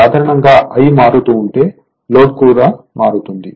సాధారణంగా i మారుతూ ఉంటే లోడ్ కూడా మారుతుంది